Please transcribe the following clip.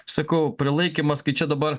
sakau prilaikymas kai čia dabar